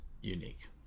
unique